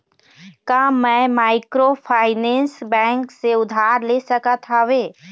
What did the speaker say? का मैं microfinance bank से उधार ले सकत हावे?